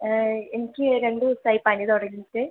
എനിക്ക് രണ്ട് ദിവസമായി പനി തുടങ്ങിയിട്ട്